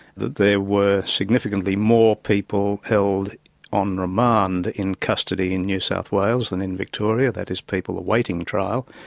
that there were significantly more people held on remand in custody in new south wales than in victoria, that is, people awaiting trial,